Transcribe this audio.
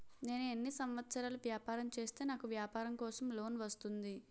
నేను ఎన్ని సంవత్సరాలు వ్యాపారం చేస్తే నాకు వ్యాపారం కోసం లోన్ వస్తుంది?